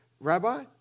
Rabbi